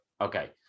Okay